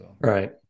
Right